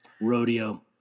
Rodeo